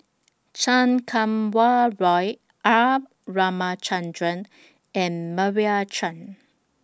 Chan Kum Wah Roy R Ramachandran and Meira Chand